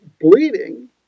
bleeding